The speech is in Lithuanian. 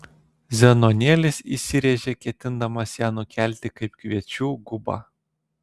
zenonėlis įsiręžė ketindamas ją nukelti kaip kviečių gubą